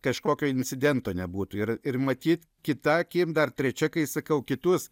kažkokio incidento nebūtų ir ir matyt kita akim dar trečia kai sakau kitus